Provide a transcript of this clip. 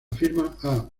firma